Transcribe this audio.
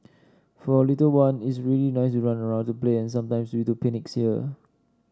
for our little one it's really nice to run around to play and sometimes we do picnics here